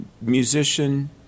musician